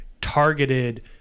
targeted